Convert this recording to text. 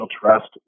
trust